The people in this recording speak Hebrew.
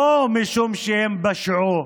לא משום שהם פשעו,